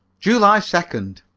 july second.